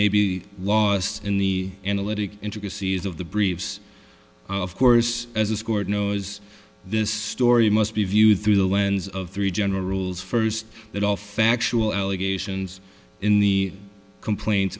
maybe lost in the analytic intricacies of the briefs of course as a scored knows this story must be viewed through the lens of three general rules first that all factual allegations in the complain